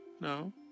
No